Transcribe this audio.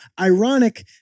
Ironic